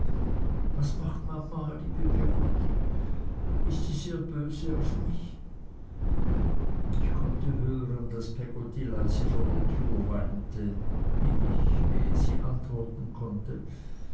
was macht mama liebe peggotty ist sie sehr böse auf mich ich konnte hören daß peggotty leise vor der tür weinte wie ich ehe sie antworten konnte